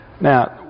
Now